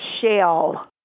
shell